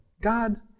God